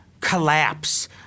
collapse